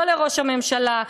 לא לראש הממשלה,